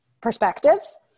perspectives